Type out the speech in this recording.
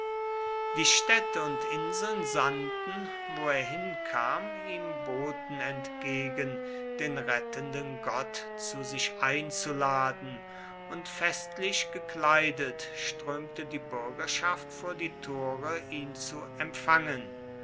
die städte und inseln sandten wo er hinkam ihm boten entgegen den rettenden gott zu sich einzuladen und festlich gekleidet strömte die bürgerschaft vor die tore ihn zu empfangen